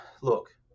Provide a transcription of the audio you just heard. look